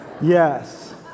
Yes